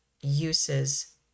uses